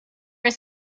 was